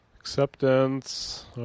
Acceptance